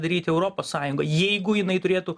daryti europos sąjunga jeigu jinai turėtų